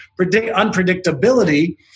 unpredictability